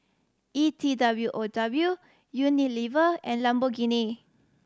E T W O W Unilever and Lamborghini